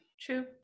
True